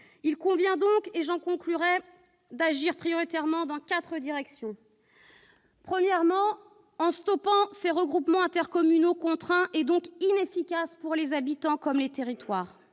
Il convient donc d'agir prioritairement dans quatre directions. Premièrement, il faut stopper ces regroupements intercommunaux contraints, et donc inefficaces pour les habitants comme pour les territoires.